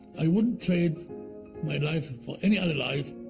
i wouldn't trade my life for any other life.